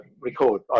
record